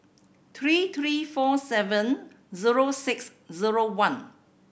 three three four seven zero six zero one